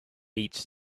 meets